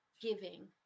giving